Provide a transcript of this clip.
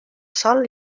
sol